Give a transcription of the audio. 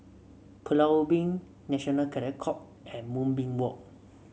Pulau Ubin National Cadet Corp and Moonbeam Walk